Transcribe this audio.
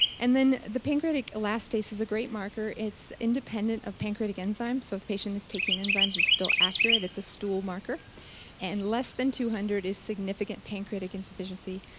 and then the pancreatic elastase is a great marker. it's independent of pancreatic enzymes. so if the patient is taking enzymes it's still accurate, it's a stool marker and less than two hundred is significant pancreatic insufficiency.